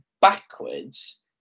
backwards